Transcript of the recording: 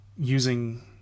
Using